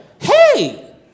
Hey